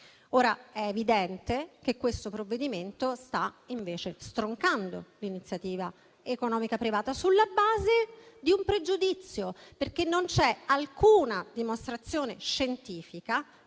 Ora è evidente che questo provvedimento sta invece stroncando l'iniziativa economica privata sulla base di un pregiudizio, perché non c'è alcuna dimostrazione scientifica